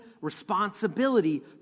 responsibility